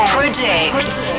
predicts